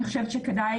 אני חושבת שכדאי,